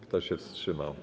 Kto się wstrzymał?